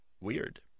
Weird